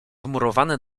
wmurowane